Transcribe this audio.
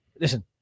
Listen